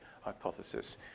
hypothesis